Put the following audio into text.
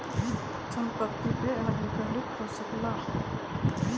संपत्ति पे आधारित हो सकला